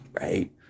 Right